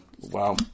Wow